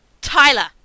Tyler